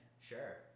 Sure